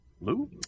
Lou